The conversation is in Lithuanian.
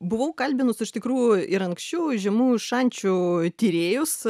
buvau kalbinus iš tikrų ir anksčių žemųjų šančių tyrėjus